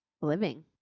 living